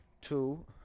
two